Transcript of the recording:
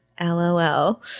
LOL